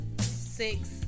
six